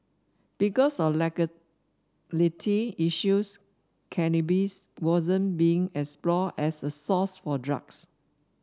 because of legality issues cannabis wasn't being explored as a source for drugs